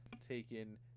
taken